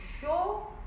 show